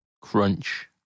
crunch